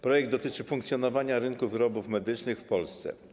Projekt dotyczy funkcjonowania rynku wyrobów medycznych w Polsce.